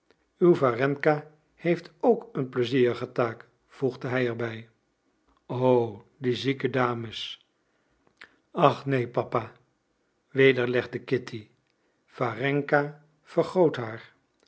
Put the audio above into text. uw warenka heeft ook een pleizierige taak voegde hij er bij o die zieke dames ach neen papa wederlegde kitty warenka vergoodt haar